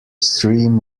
stream